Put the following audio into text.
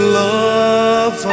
love